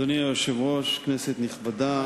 אדוני היושב-ראש, כנסת נכבדה,